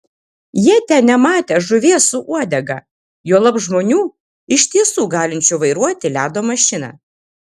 jie ten nematę žuvies su uodega juolab žmonių iš tiesų galinčių vairuoti ledo mašiną